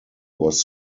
was